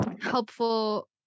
helpful